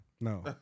No